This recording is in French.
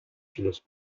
finances